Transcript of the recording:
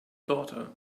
daughter